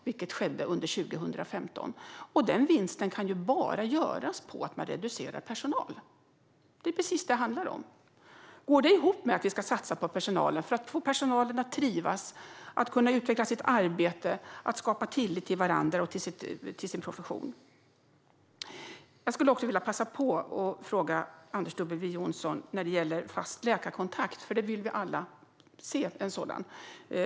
Det skedde under 2015, och den vinsten kan bara göras genom att man reducerar personal. Det är precis det som det handlar om. Går det ihop med att vi ska satsa på personalen för att få personalen att trivas, kunna utveckla sitt arbete och skapa tillit till varandra och sin profession? Jag skulle också vilja passa på att fråga Anders W Jonsson om fast läkarkontakt, för vi vill alla se en sådan.